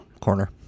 Corner